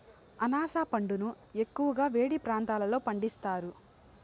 అనాస పండును ఎక్కువగా వేడి ప్రాంతాలలో పండిస్తారు